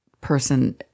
person